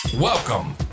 Welcome